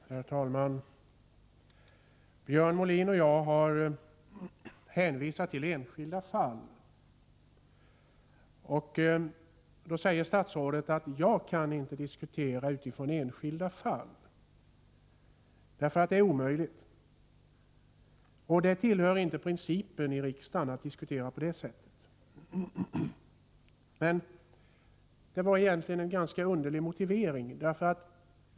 Herr talman! Björn Molin och jag har hänvisat till enskilda fall. Då säger statsrådet att hon omöjligt kan diskutera utifrån enskilda fall — det tillhör inte principen i riksdagen att diskutera på det sättet. Det var en ganska underlig motivering.